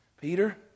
Peter